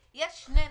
יש שני נושאים: